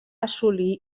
assolir